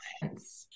clients